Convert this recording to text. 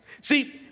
See